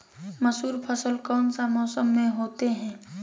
मसूर फसल कौन सा मौसम में होते हैं?